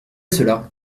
cela